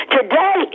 Today